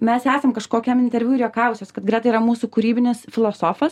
mes esam kažkokiam interviu ir juokavusios kad greta yra mūsų kūrybinis filosofas